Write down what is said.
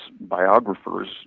biographers